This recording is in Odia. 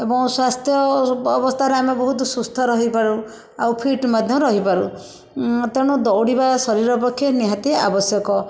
ଏବଂ ସ୍ୱାସ୍ଥ୍ୟ ଅବ ଅବସ୍ଥାରେ ଆମେ ବହୁତ ସୁସ୍ଥ ରହିପାରୁ ଆଉ ଫିଟ ମଧ୍ୟ ରହିପାରୁ ତେଣୁ ଦୌଡ଼ିବା ଶରୀର ପକ୍ଷେ ନିହାତି ଆବଶ୍ୟକ